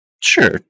Sure